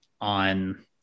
on